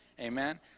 Amen